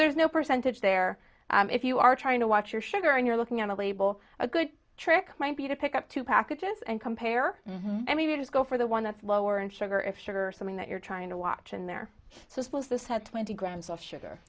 there's no percentage there if you are trying to watch your sugar and you're looking at a label a good trick might be to pick up two packages and compare i mean you just go for the one that's lower in sugar if sugar something that you're trying to watch in there so sluices has twenty grams of sugar